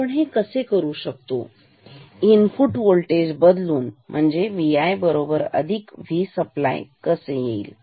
आपण हे कसे करू शकतो इनपुट होल्टेज बदलून V o V सप्लाय कसे येईल